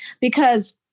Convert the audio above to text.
because-